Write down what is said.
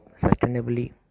sustainably